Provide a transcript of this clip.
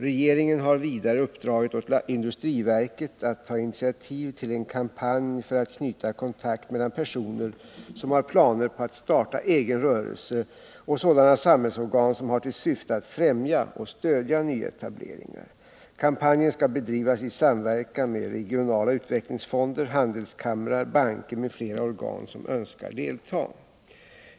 Regeringen har vidare uppdragit åt industriverket att ta initiativ till en kampanj för att knyta kontakt mellan personer som har planer på att starta egen rörelse och sådana samhällsorgan som har till syfte att främja och stödja nyetableringar. Kampanjen skall bedrivas i samverkan med regionala utvecklingsfonder, handelskamrar, banker m.fl. organ som önskar delta.